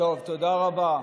טוב, תודה רבה.